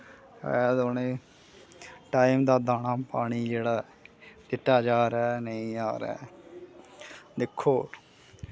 ऐ ते उनें टाइम दा दाना पानी जेह्ड़ा दित्ता जा दा ऐ नेईं जा दा ऐ दिक्खो